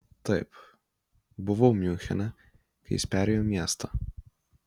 taip buvau miunchene kai jis perėjo miestą